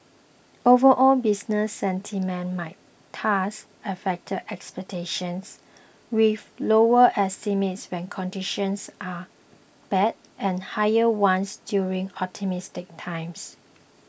overall business sentiment might thus affect expectations with lower estimates when conditions are bad and higher ones during optimistic times